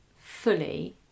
fully